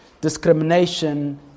discrimination